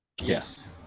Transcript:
yes